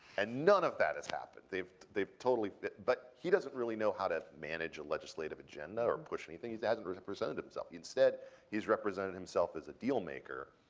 and none of that has happened. they've they've totally but he doesn't really know how to manage a legislative agenda or push anything. he hasn't represented himself instead he's represented himself as a dealmaker.